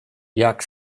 jak